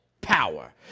power